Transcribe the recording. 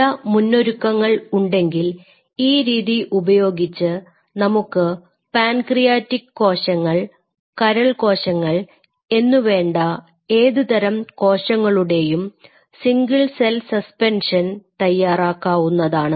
ചില മുന്നൊരുക്കങ്ങൾ ഉണ്ടെങ്കിൽ ഈ രീതി ഉപയോഗിച്ച് നമുക്ക് പാൻക്രിയാറ്റിക് കോശങ്ങൾ കരൾ കോശങ്ങൾ എന്നുവേണ്ട ഏതുതരം കോശങ്ങളുടെയും സിംഗിൾ സെൽ സസ്പെൻഷൻ തയ്യാറാക്കാവുന്നതാണ്